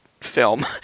film